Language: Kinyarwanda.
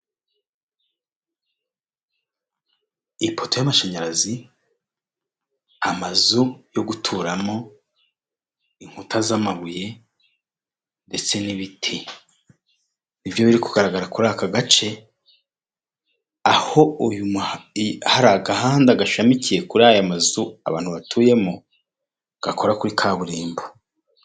Ipoto y'amashanyarazi, amazu yo guturamo, inkuta z'amabuye ndetse n'ibiti. Nibyo biri kugaragara kuri aka gace, aho hari agahanda gashamikiye kuri aya mazu abantu batuyemo gakora kuri kaburimbo.